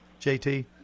jt